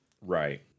Right